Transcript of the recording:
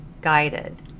guided